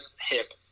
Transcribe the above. hip